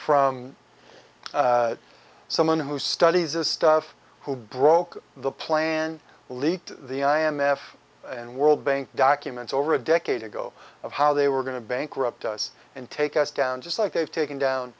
from someone who studies this stuff who broke the plan leaked the i m f and world bank documents over a decade ago of how they were going to bankrupt us and take us down just like they've taken down